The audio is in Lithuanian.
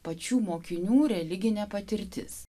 pačių mokinių religinė patirtis